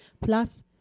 Plus